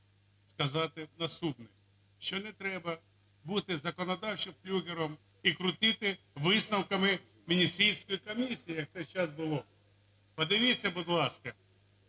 сказати наступне. Що не треба бути законодавчим флюгером і крутити висновками Венеційської комісії, як це зараз було. Подивіться, будь ласка,